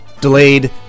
Delayed